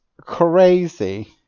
crazy